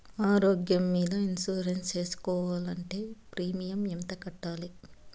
ఆరోగ్యం మీద ఇన్సూరెన్సు సేసుకోవాలంటే ప్రీమియం ఎంత కట్టాలి?